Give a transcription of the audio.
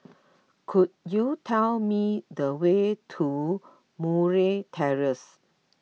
could you tell me the way to Murray Terrace